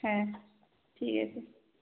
হ্যাঁ ঠিক আছে